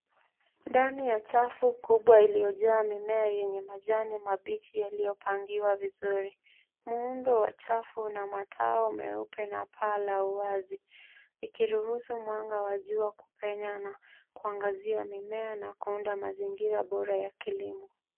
Ndani ya chafu kubwa iliyojaa mimea yenye majani mabichi yaliyopangiwa vizuri. Muundo wa chafu una mataa meupe na paa la wazi ikiruhusu mwanga wa jua kupenya na kuangazia mimea na kuunda mazingira bora ya kilimo.